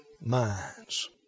minds